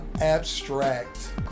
abstract